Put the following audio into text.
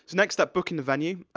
next up, booking the venue.